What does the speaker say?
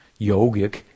yogic